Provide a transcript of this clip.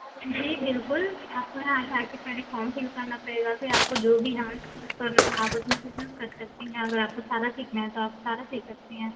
जी बिल्कुल आपको यहाँ आकर पहले फॉर्म फिल करना पड़ेगा फिर आपको जो भी डांस चूस करना है आप उसमें से चूस कर सकती हैं अगर आपको सारा सीखना है तो आप सारा सीख सकती हैं